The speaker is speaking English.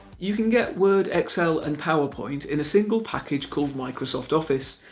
you can get word, excel and powerpoint in a single package called microsoft office.